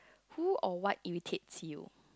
who or what irritates you